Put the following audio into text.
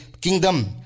Kingdom